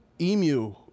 emu